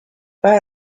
but